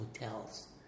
hotels